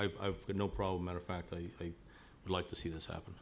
i have no problem matter of fact i like to see this happen